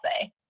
say